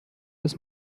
des